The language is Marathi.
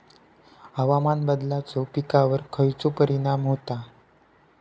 हवामान बदलाचो पिकावर खयचो परिणाम होता?